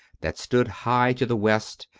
that stood high to the west,